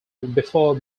before